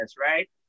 Right